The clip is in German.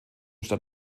statt